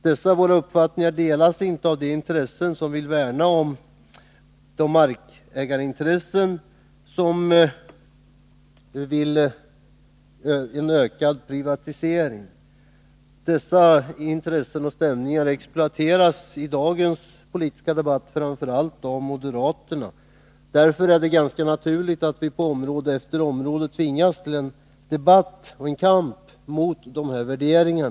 Dessa våra uppfattningar delas inte av dem som vill värna om markägarintressena med krav på ökad privatisering. Dessa intressen exploateras i dagens politiska debatt av framför allt moderaterna. Därför är det ganska naturligt att vi på område efter område tvingas till en debatt och en kamp när det gäller dessa värderingar.